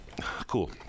Cool